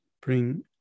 Bring